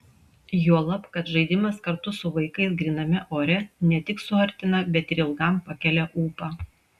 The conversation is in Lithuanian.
juolab kad žaidimas kartu su vaikais gryname ore ne tik suartina bet ir ilgam pakelia ūpą